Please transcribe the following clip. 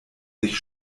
sich